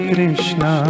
Krishna